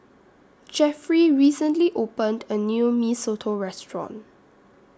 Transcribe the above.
Jeffry recently opened A New Mee Soto Restaurant